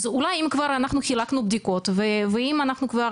אז אולי אם כבר אנחנו חילקנו בדיקות ואם אנחנו כבר